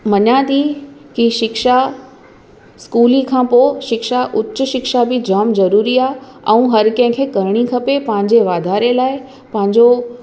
मञा थी की शिक्षा स्कूली खां पोइ शिक्षा उच्च शिक्षा बि जामु ज़रूरी आहे ऐं हर कंहिंखे करिणी खपे पांजे वाधारे लाइ पंहिंजो